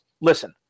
listen